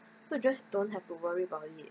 so just don't have to worry about it